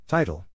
Title